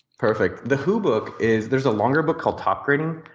perfect. the who book is there's a longer book called top greeting,